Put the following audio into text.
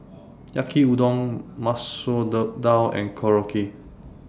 Yaki Udon Masoor Dal and Korokke